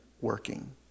working